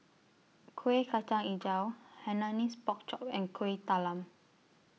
Kueh Kacang Hijau Hainanese Pork Chop and Kuih Talam